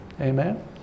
amen